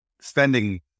spending